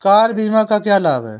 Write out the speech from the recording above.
Car बीमा का क्या लाभ है?